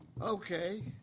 Okay